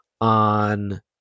on